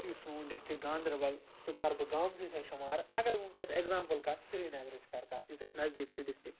یُس سون ڈِسٹِرٛک گاندَربَل سُہ کَرٕ بہٕ گامسٕے سۭتۍ شُمار اَگر بہٕ وُنٛکٮ۪س ایٚگزامپٕل کَر سریٖنگرٕچ کَرٕ کَتھ یُس اسہِ نزدیٖک چھُ ڈِسٹِرٛک